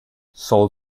soul